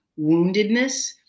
woundedness